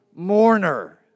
Mourner